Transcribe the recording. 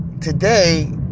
today